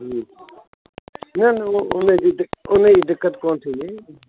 न न उहा उन जी उन जी दिक़त कोन थींदी